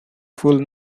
full